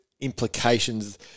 implications